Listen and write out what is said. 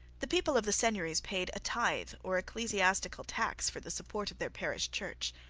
the people of the seigneuries paid a tithe or ecclesiastical tax for the support of their parish church.